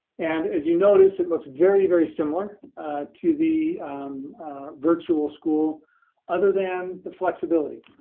and as you notice, it looks very, very similar to the virtual school other than the flexibility.